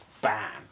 bam